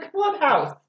clubhouse